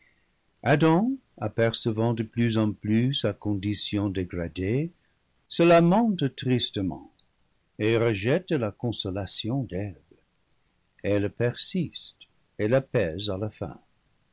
adam apercevant de plus en plus sa condition dégradée se lamente tristement et rejette la consolation d'eve elle persiste et l'apaise à la fin